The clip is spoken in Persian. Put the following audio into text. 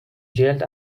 جلد